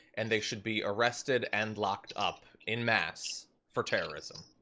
and they should be arrested and locked up in mass for terrorism.